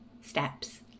steps